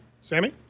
Sammy